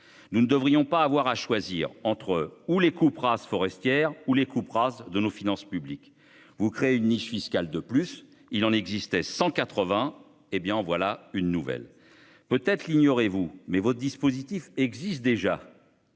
Nous ne devrions pas avoir à choisir entre les coupes rases forestières et les coupes rases de nos finances publiques. Vous créez une niche fiscale de plus. Il en existait déjà 180 ; en voilà une nouvelle ! Peut-être l'ignoriez-vous, mais votre dispositif existe déjà